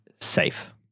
safe